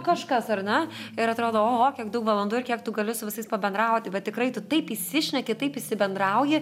kažkas ar ne ir atrodo o o kiek daug valandų ir kiek tu gali su visais pabendrauti bet tikrai tu taip įsišneki taip įsibendrauji